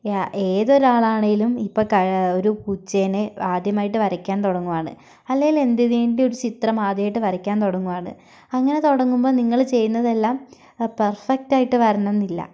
ഏതൊരാളാണെങ്കിലും ഇപ്പം ഒരു പൂച്ചേനെ ആദ്യമായിട്ട് വരയ്ക്കാൻ തുടങ്ങുകയാണ് അല്ലെങ്കിൽ ഒരു ചിത്രം ആദ്യമായിട്ട് വരയ്ക്കാൻ തുടങ്ങുകയാണ് അങ്ങനെ തുടങ്ങുമ്പോൾ നിങ്ങൾ ചെയ്യുന്നതെല്ലാം പെർഫക്ട് ആയിട്ട് വരണം എന്നില്ല